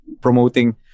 promoting